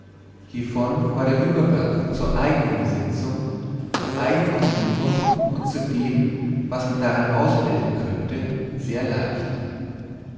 hievon war der übergang zur eigenen besitzung zur eignen umgebung und zu dem was man daran ausbilden könnte sehr leicht